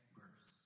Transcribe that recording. verse